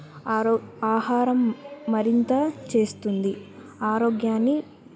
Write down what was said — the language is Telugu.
ఆరో ఆహారం మరింత చేస్తుంది ఆరోగ్యాన్ని